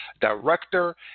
director